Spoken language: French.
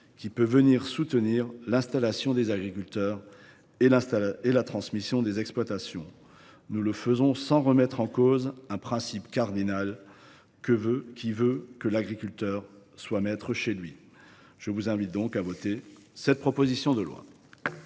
susceptible de soutenir l’installation des agriculteurs et la transmission des exploitations, sans remettre en cause le principe cardinal qui veut que l’agriculteur soit maître chez lui. Je vous invite donc à voter pour cette proposition de loi.